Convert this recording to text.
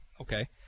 Okay